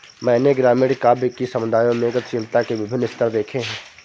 मैंने ग्रामीण काव्य कि समुदायों में गतिशीलता के विभिन्न स्तर देखे हैं